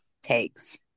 takes